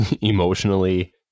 emotionally